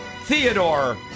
Theodore